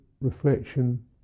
reflection